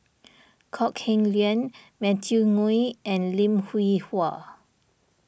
Kok Heng Leun Matthew Ngui and Lim Hwee Hua